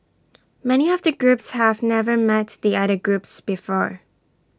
many of the groups have never met the other groups before